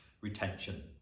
retention